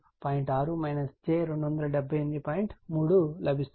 3 లభిస్తుంది